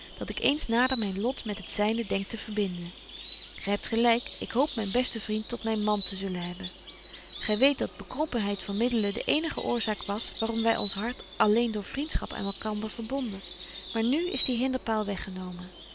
dat ik eens nader myn lot met het zyne denk te verbinden gy hebt gelyk ik hoop myn besten vriend tot myn man te zullen hebben gy weet dat bekrompenheid van middelen de eenige oorzaak was waaröm wy ons hart alleen door vriendschap aan elkander verbonden maar nu is die hinderpaal weggenomen